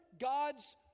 God's